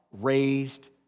raised